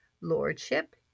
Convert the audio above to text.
lordship